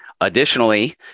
Additionally